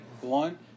One